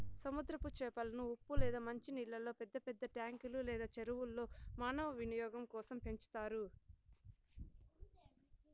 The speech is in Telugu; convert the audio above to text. సముద్రపు చేపలను ఉప్పు లేదా మంచి నీళ్ళల్లో పెద్ద పెద్ద ట్యాంకులు లేదా చెరువుల్లో మానవ వినియోగం కోసం పెంచుతారు